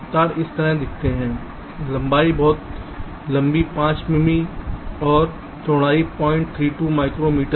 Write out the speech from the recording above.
तार इस तरह दिखते हैं लंबाई बहुत लंबी 5 मिमी है और चौड़ाई 032 माइक्रोमीटर है